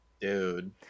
dude